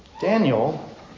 Daniel